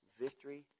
victory